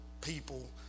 people